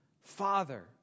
Father